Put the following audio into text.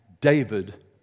David